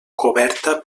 coberta